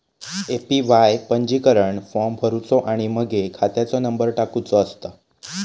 APY पंजीकरण form भरुचो आणि मगे खात्याचो नंबर टाकुचो असता